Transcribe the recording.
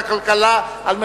לא.